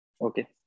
okay